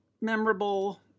memorable